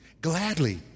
Gladly